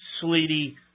sleety